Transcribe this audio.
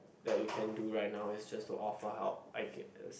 that you can do right now is just to offer help I guess